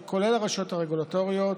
כולל הרשויות הרגולטוריות,